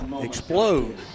explode